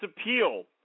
appeal